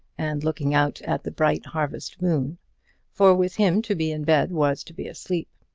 and looking out at the bright harvest moon for with him to be in bed was to be asleep.